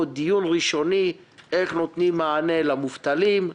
דיון ראשוני איך נותנים מענה למובטלים,